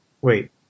Wait